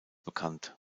bekannt